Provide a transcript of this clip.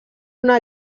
una